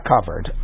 Covered